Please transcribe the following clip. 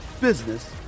business